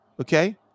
okay